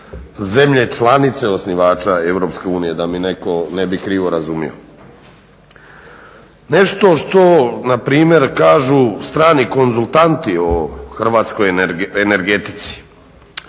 zemlje članice osnivača EU da mi netko ne bi krivo razumio. Nešto što na primjer kažu strani konzultanti o hrvatskoj energetici